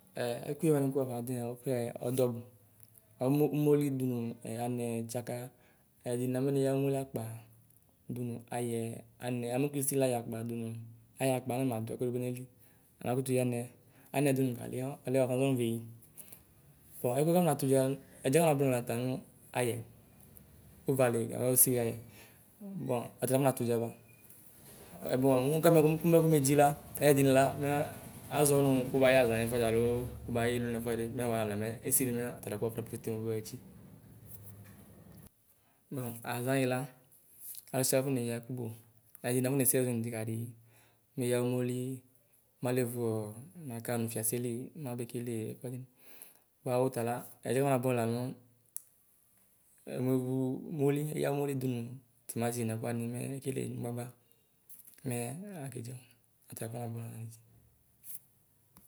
Ɛ ɛkʋye wani ku wafɔ na du yiɛ, ɛkʋyɛɛ ɔdu ɔbʋ. Amu umoli dunu anɛ tsaka, gamedɩnɩla mɛ neyɔ umoli akpa dunu ayɛ, anɛ alo mɛ nesili ayɛ akpa dunu ayɛakpa anama duɛkʋɛdɩ kpekpe nayili alo ama kutu yɔ mɛ anɛ dunu gali ɔtala lazy nu veyi. Ɛdiɛafɔnabɔɛnɔ ta lanu ayɛ. uvali nayo siliaye bɔ ɔtafɔnatudʒa ba. Ɛdila nu muanuɛku kunukunu kumedʒila, ɛyɛdinila mɛ aʒɔwu nu kuba yɛayɛ nɛfuɛdi aloo kuba yɩlu nɛfuɛdɩ, mɛ wuaɣa vla mɛ esili mɛ tatɛkuwani petepete me wuedʒi. Bo aʒayila anisi afɔneya ɛkubu: Ɛdini afɔnesiliɛʒu nɩdɩkadii, meyɔ umolii maleeʋu ɔɔ maka nu fiaseli mabekele ɛkuɛ. Bua wutala ɛdiɛ afɔnabʋɛ lanu wuɛvuu umoli, eya umoli dunu timati nɛkuwani mɛlekele nugbagba mɛ akedʒi talafɔnabʋɛnɔ nidʒi